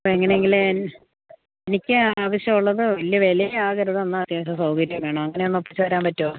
അപ്പോൾ എങ്ങനെയെങ്കിലും എൻ എനിക്ക് ആവശ്യം ഉള്ളത് വലിയ വില ആകരുത് എന്നാൽ അത്യാവശ്യം സൗകര്യവും വേണം അങ്ങനെ ഒന്ന് ഒപ്പിച്ച് തരാൻ പറ്റുമോ